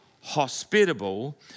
hospitable